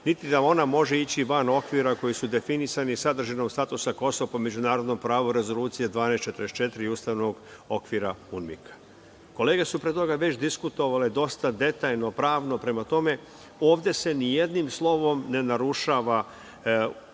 niti da ona može ići van okvira koji su definisani sadržinom statusa Kosova po međunarodnom pravu Rezolucije 1244 i ustavnog okvira UNMIK-a. Kolege su pre toga već diskutovale dosta detaljno pravno, prema tome, ovde se ni jednim slovom ne narušava već